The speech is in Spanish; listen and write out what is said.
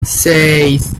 seis